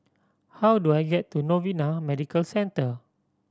how do I get to Novena Medical Centre